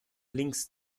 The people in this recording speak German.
links